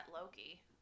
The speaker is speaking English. Loki